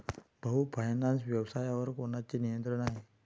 भाऊ फायनान्स व्यवसायावर कोणाचे नियंत्रण आहे?